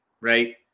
right